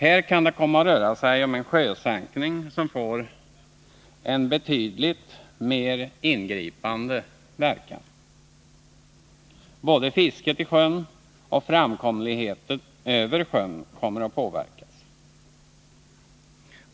Här kan det komma att röra sig om en sjösänkning, som får en betydligt mera ingripande verkan. Både fisket i sjön och framkomligheten över sjön kommer att påverkas.